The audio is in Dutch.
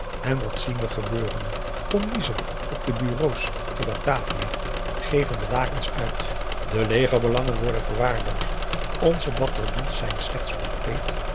en wat zien we gebeuren commiezen op de bureaux te batavia geven de lakens uit de legerbelangen worden verwaarloosd onze bataljons zijn slechts compleet